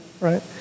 right